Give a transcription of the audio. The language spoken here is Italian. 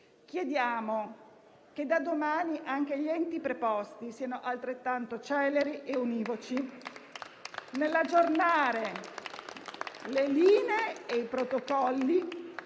Chiediamo che da domani anche gli enti preposti siano altrettanto celeri e univoci nell'aggiornare le linee e i protocolli,